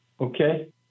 Okay